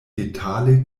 detale